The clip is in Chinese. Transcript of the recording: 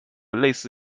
类似